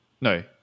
No